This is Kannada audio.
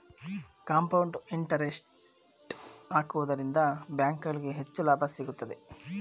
ಕಾಂಪೌಂಡ್ ಇಂಟರೆಸ್ಟ್ ಹಾಕುವುದರಿಂದ ಬ್ಯಾಂಕುಗಳಿಗೆ ಹೆಚ್ಚು ಲಾಭ ಸಿಗುತ್ತದೆ